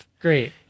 Great